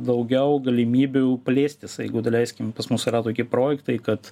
daugiau galimybių plėstis jeigu daleiskim pas mus yra tokie projektai kad